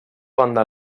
banda